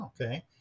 okay